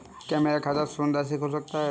क्या मेरा खाता शून्य राशि से खुल सकता है?